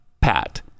pat